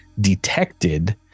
detected